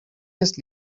jest